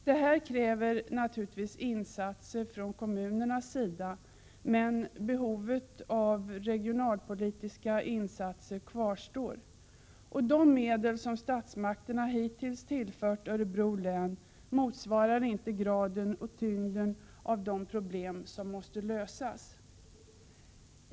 Det här kräver naturligtvis insatser från kommunernas sida, men behovet av regionalpolitiska insatser kvarstår. De medel som statsmakterna hittills tillfört Örebro län motsvarar inte graden och tyngden av de problem som måste lösas.